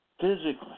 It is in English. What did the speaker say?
physically